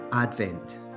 Advent